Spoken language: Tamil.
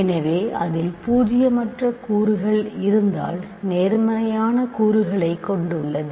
எனவே அதில் பூஜ்ஜியமற்ற கூறுகள் இருந்தால் நேர்மறையான கூறுகளைக் கொண்டுள்ளது